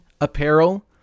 apparel